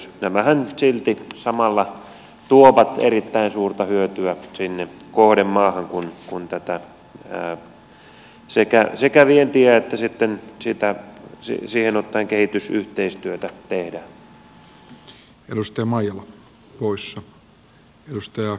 nämähän nyt silti samalla tuovat erittäin suurta hyötyä sinne kohdemaahan kun tätä sekä vientiä että sitten siihen ottaen kehitysyhteistyötä tehdään